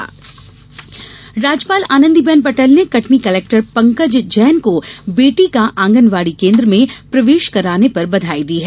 राज्यपाल राज्यपाल आनंदीबेन पटेल ने कटनी कलेक्टर पंकज जैन को बेटी का आंगनवाड़ी केंद्र में प्रवेश कराने पर बधाई दी है